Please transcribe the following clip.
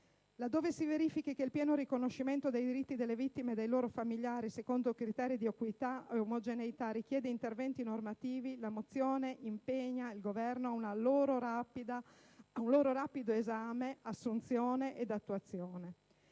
Dove si verifichi che il pieno riconoscimento dei diritti delle vittime e dei loro familiari secondo criteri di equità ed omogeneità richieda interventi normativi, la mozione impegna il Governo a un loro esame e ad una rapida assunzione e attuazione.